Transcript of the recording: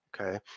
Okay